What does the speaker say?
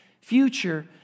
future